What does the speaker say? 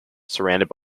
surrounded